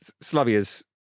Slavia's